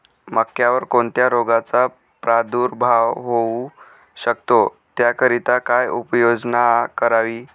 मक्यावर कोणत्या रोगाचा प्रादुर्भाव होऊ शकतो? त्याकरिता काय उपाययोजना करावी?